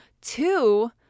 Two